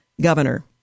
governor